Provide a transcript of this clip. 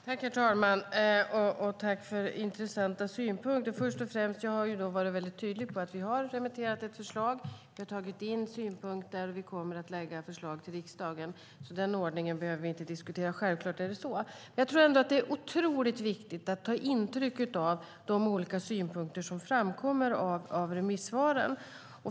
Herr talman! Tack för intressanta synpunkter! Först och främst: Jag har varit tydlig med att vi har remitterat ett förslag och har tagit in synpunkter och att vi kommer att lägga fram ett förslag till riksdagen, så den ordningen behöver vi inte diskutera. Det är otroligt viktigt att ta intryck av de olika synpunkter som framkommer i remissvaren.